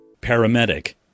Paramedic